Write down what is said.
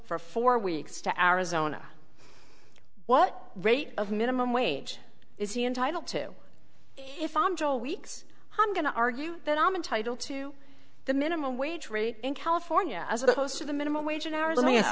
for four weeks to arizona what rate of minimum wage is he entitled to if i'm joe weeks hum going to argue that i'm entitled to the minimum wage rate in california as opposed to the minimum wage an hour let me ask